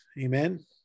Amen